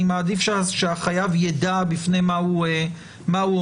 אני מעדיף שהחייב ידע בפני מה הוא עומד.